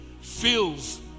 fills